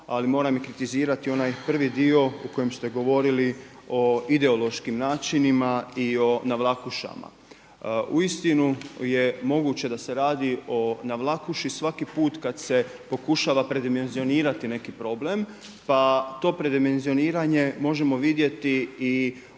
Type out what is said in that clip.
ali moram i kritizirati onaj prvi dio u kojem ste govorili o ideološkim načinima i o navlakušama. Uistinu je moguće da se radi o navlakuši svaki put kada se pokušava predimenzionirati neki problem pa to predimenzioniranje možemo vidjeti i onda